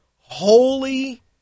Holy